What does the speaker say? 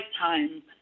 time